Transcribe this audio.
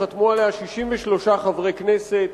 שחתמו עליה 63 חברי כנסת,